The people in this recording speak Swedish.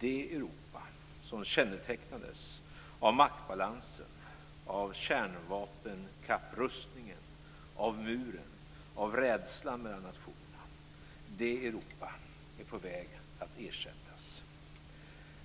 Det Europa som kännetecknades av maktbalansen, av kärnvapenkapprustningen, av muren och av rädslan mellan nationerna - det Europa är på väg att ersättas.